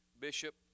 bishop